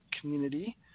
community